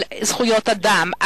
על זכויות האדם,